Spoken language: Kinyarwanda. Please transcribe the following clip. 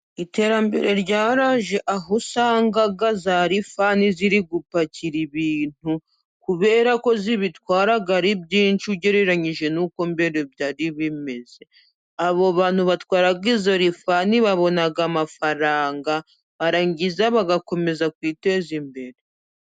Iterambere ryaraje aho usanga za rifani ziri gupakira ibintu kubera ko zibitwara ari byinshi ugereranyije n'uko mbere byari bimeze. Abo bantu batwara izo rifani babona amafaranga, barangiza bagakomeza kwiteza imbere.